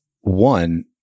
one